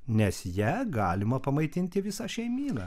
nes ja galima pamaitinti visą šeimyną